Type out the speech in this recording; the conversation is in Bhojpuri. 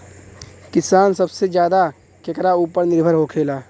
किसान सबसे ज्यादा केकरा ऊपर निर्भर होखेला?